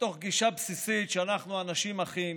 מתוך גישה בסיסית שאנחנו אנשים אחים,